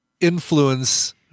influence